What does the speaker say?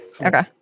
Okay